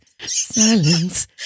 Silence